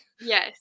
yes